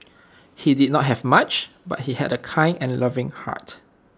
he did not have much but he had A kind and loving heart